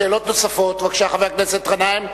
שאלות נוספות לחבר הכנסת גנאים,